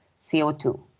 CO2